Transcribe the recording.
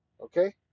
Okay